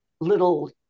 little